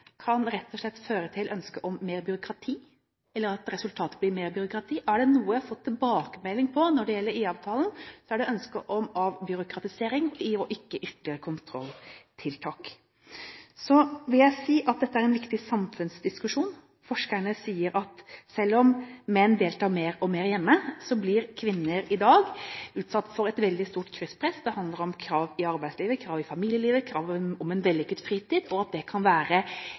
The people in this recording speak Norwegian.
kan rett og slett føre til ønske om mer byråkrati, eller at resultatet blir mer byråkrati. Er det noe jeg har fått tilbakemelding på når det gjelder IA-avtalen, er det ønsket om avbyråkratisering og ikke ytterligere kontrolltiltak. Så vil jeg si at dette er en viktig samfunnsdiskusjon. Forskerne sier at selv om menn deltar mer og mer hjemme, blir kvinner i dag utsatt for et veldig stort krysspress. Det handler om krav i arbeidslivet, krav i familielivet, krav om en vellykket fritid, og at det kan være